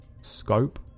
scope